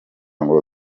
ngo